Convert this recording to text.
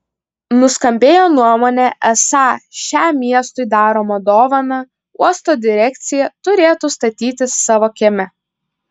nuskambėjo nuomonė esą šią miestui daromą dovaną uosto direkcija turėtų statytis savo kieme